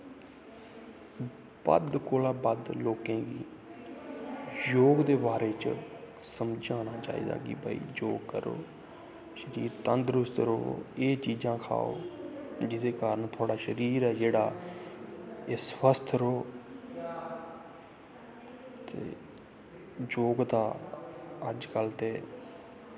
बध्द कोला बध्द लोकें गी योग दे बारे च समझाना चाही दा कि भाई योग करो शरीर तंदरुस्त रौह्ग एह् चीजां खाओ जेह्दे कारन थोआड़ा शरीर ऐ जेह्ड़ा ओह् स्वस्थ रौह्ग ते योग दा अज्ज कल ते